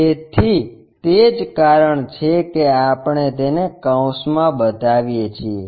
તેથી તે જ કારણ છે કે આપણે તેને કૌંસમાં બતાવીએ છીએ